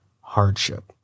hardship